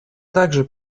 также